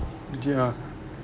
ya